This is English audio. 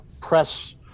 press